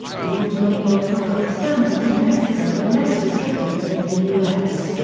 the automobile product standards in mexico were less restrictive than in the u s.